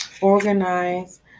organize